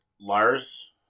Lars